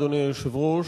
אדוני היושב-ראש,